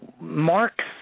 Mark's